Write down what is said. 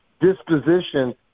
disposition